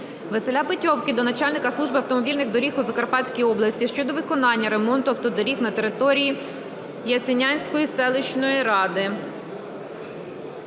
Василя Петьовки до начальника Служби автомобільних доріг у Закарпатській області щодо виконання ремонту автодоріг на території Ясінянської селищної ради.